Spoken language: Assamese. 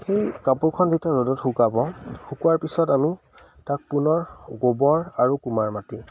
সেই কাপোৰখন যেতিয়া ৰ'দত শুকাব শুকোৱাৰ পিছত আমি তাক পুনৰ গোবৰ আৰু কুমাৰ মাটি